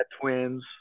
twins